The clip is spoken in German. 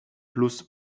plus